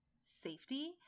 safety